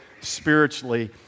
spiritually